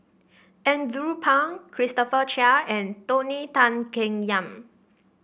Andrew Phang Christopher Chia and Tony Tan Keng Yam